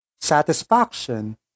satisfaction